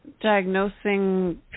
diagnosing